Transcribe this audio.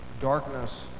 darkness